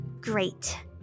great